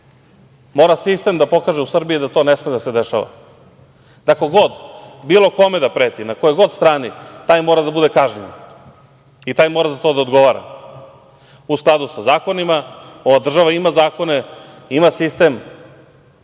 Mora sistem da pokaže u Srbiji da to ne sme da se dešava, da ko god, bilo kome da preti, na kojoj god strani, taj mora da bude kažnjen i taj mora za to da odgovara u skladu sa zakonima. Ova država ima zakone, ima sistem,